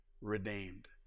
redeemed